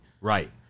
Right